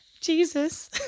Jesus